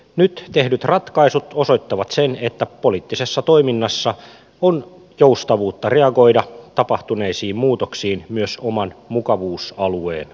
nyt tehdyt ratkaisut osoittavat sen että poliittisessa toiminnassa on joustavuutta reagoida tapahtuneisiin muutoksiin myös oman mukavuusalueen ulkopuolella